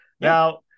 Now